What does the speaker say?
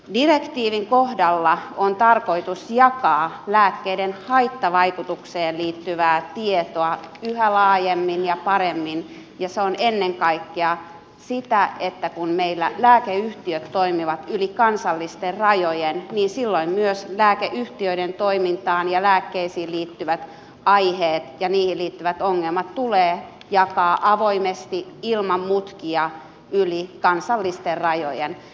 direktiivin kohdalla on tarkoitus jakaa lääkkeiden haittavaikutuksiin liittyvää tietoa yhä laajemmin ja paremmin ja se on ennen kaikkea sitä että kun lääkeyhtiöt toimivat yli kansallisten rajojen niin silloin myös lääkeyhtiöiden toimintaan ja lääkkeisiin liittyvät aiheet ja niihin liittyvät ongelmat tulee jakaa avoimesti ilman mutkia yli kansallisten rajojen